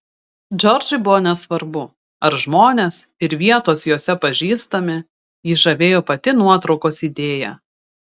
džordžui buvo nesvarbu ar žmonės ir vietos jose pažįstami jį žavėjo pati nuotraukos idėja